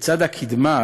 כיצד הקִדמה,